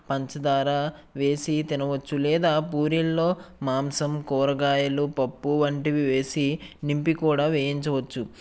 పంచదార వేసి తినవచ్చు లేదా పూరిల్లో మాంసం కూరగాయలు పప్పు వంటివి వేసి నింపి కూడా వేయించవచ్చు